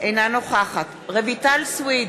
אינה נוכחת רויטל סויד,